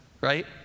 right